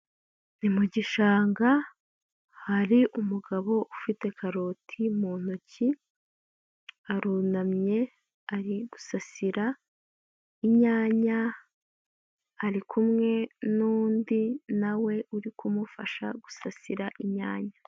Ni mu gishanga, hari umugabo ufite karoti mu ntoki, arunamye ari gusasira inyanya, ari kumwe n'undi nawe uri kumufasha gusasira inyanya.